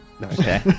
Okay